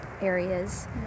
areas